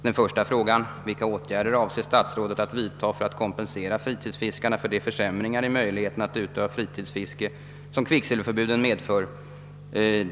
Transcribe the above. Min första fråga löd: Vilka åtgärder avser statsrådet att vidta för att kompensera fritidsfiskarna för de försämringar i möjligheterna att utöva fiske som »kvicksilverförbuden» medför?